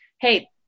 hey